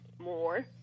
more